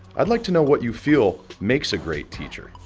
i'd like to know what you feel makes a great teacher?